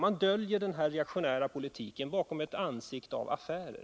Man försöker dölja den reaktionära politiken bakom en mask av affärer.